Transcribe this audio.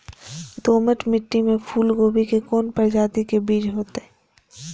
दोमट मिट्टी में फूल गोभी के कोन प्रजाति के बीज होयत?